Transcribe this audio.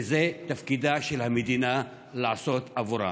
וזה תפקידה של המדינה לעשות עבורם.